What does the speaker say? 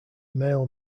mail